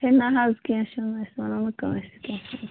ہے نَہ حظ کیٚنٛہہ چھُنہٕ أسۍ ونو نہٕ کٲنٛسہِ کیٚنٛہہ چھُنہٕ